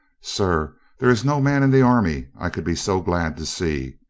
sir, there is no man in the army i could be so glad to see,